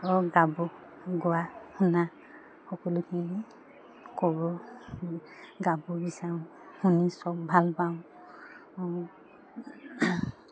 গাব গোৱা শুনা সকলোখিনি ক'ব গাব বিচাৰোঁ শুনি চব ভালপাওঁ